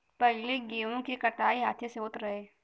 पहिले गेंहू के कटाई हाथे से होत रहे